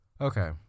Okay